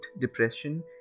depression